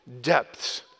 depths